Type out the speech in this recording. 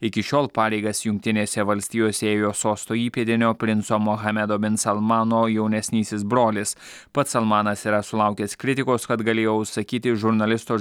iki šiol pareigas jungtinėse valstijose ėjo sosto įpėdinio princo muhamedo bin salmano jaunesnysis brolis pats salmanas yra sulaukęs kritikos kad galėjo užsakyti žurnalisto